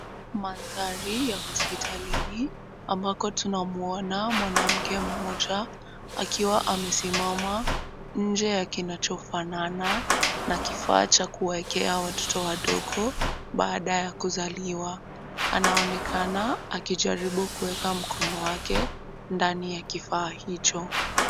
Mandhari ya hospitalini, ambako tunamuona mwanamke mmoja akiwa amesimama nje ya kinachofanana na kifaa cha kuwaekea watoto wadogo baada ya kuzaliwa. Anaonekana akijaribu kuweka mkono wake ndani ya kifaa hicho.